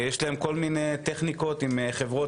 יש להם כל מיני טכניקות, כולל חברות